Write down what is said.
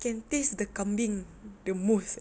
can taste the kambing the most